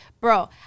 Bro